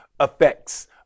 effects